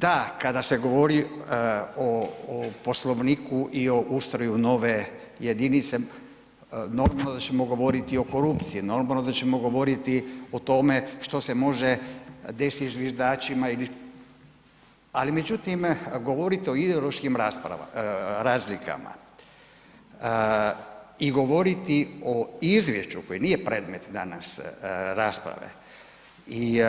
Da, kada se govori o Poslovniku i o ustroju nove jedinice, normalno da ćemo govoriti o korupciji, normalno da ćemo govoriti o tome što se može desiti zviždačima ili, ali međutim, govoriti o ideološkim razlikama i govoriti o izvješću koje nije predmet danas rasprave i